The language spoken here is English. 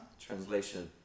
Translation